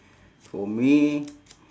for me